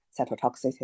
cytotoxicity